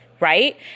right